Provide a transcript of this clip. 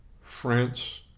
France